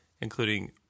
including